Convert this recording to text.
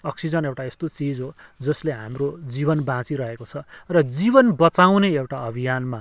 oxygen एउटा यस्तो चिज हो जसले हाम्रो जीवन बाँचिरहेको छ र जीवन बचाउने एउटा अभियानमा